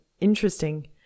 interesting